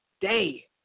day